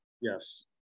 Yes